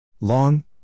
long